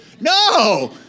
No